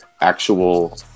actual